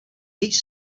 each